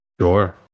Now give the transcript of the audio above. Sure